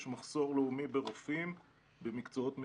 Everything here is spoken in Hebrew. מחסור לאומי ברופאים במקצועות מסוימים.